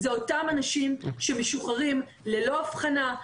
זה אותם אנשים שמשוחררים ללא הבחנה,